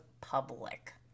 public